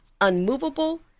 unmovable